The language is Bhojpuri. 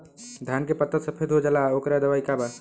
धान के पत्ता सफेद हो जाला ओकर दवाई का बा?